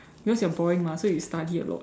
because you're boring mah so you study a lot